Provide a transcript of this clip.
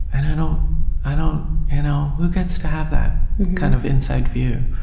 and you know you know you know who gets to have that kind of inside view?